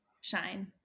Shine